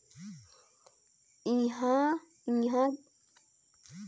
इहां के अर्थबेवस्था मे कृसि हर सबले ढेरे महत्ता रखथे